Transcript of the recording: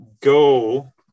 go